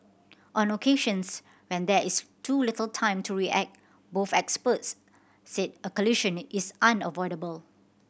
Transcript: on occasions when there is too little time to react both experts said a collision is unavoidable